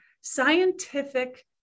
scientific